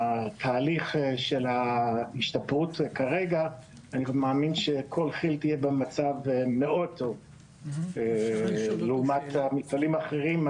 התהליך של ההשתפרות כל כי"ל תהיה במצב מאוד טוב לעומת המפעלים האחרים.